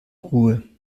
ruhe